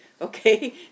Okay